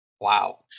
Wow